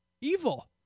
Evil